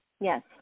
Yes